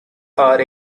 are